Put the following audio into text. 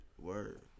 Word